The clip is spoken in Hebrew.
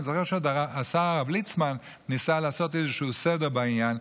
אני זוכר שעוד השר הרב ליצמן ניסה לעשות איזשהו סדר בעניין,